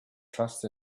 trust